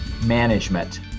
Management